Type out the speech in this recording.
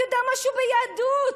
היא תדע משהו ביהדות.